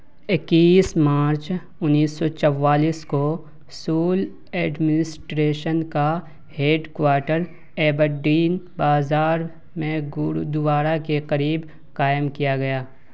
اکیس مارچ انیس سو چوالیس کو سول ایڈمنسٹریشن کا ہیڈ کواٹر ایبرڈین بازار میں گردوارہ کے قریب قائم کیا گیا